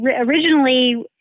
originally